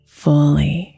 fully